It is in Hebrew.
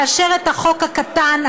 לאשר את החוק הקטן,